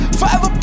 forever